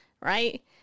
Right